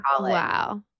Wow